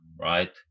right